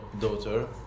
daughter